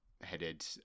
headed